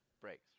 breaks